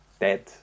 dead